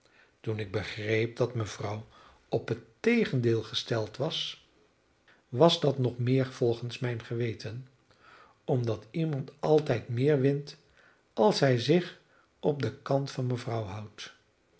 toen ik begreep dat mevrouw op het tegendeel gesteld was was dat nog meer volgens mijn geweten omdat iemand altijd meer wint als hij zich op den kant van mevrouw houdt